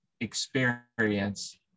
experience